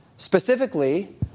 Specifically